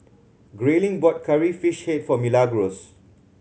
Grayling bought Curry Fish Head for Milagros